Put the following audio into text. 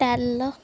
tell